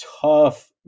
tough